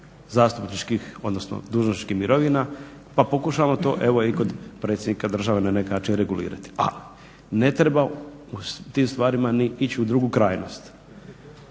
zastupničkih, odnosno dužnosničkih mirovina pa pokušavamo to evo i kod predsjednika države na neki način regulirati. A ne treba u tim stvarima ni ići u drugu krajnost.